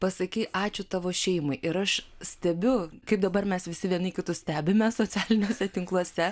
pasakei ačiū tavo šeimai ir aš stebiu kaip dabar mes visi vieni kitus stebime socialiniuose tinkluose